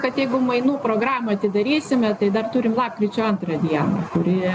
kad jeigu mainų programą atidarysim tai dar turime lapkričio antrą dieną kuri